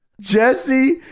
Jesse